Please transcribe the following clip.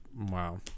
wow